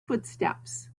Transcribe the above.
footsteps